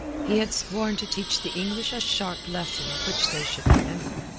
he had sworn to teach the english a sharp lesson which they should remember.